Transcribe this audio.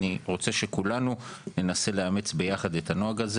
אני רוצה שכולנו ננסה לאמץ ביחד את הנוהג הזה.